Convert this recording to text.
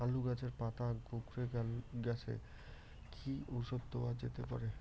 আলু গাছের পাতা কুকরে গেছে কি ঔষধ দেওয়া যেতে পারে?